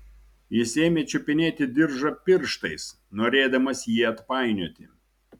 jis ėmė čiupinėti diržą pirštais norėdamas jį atpainioti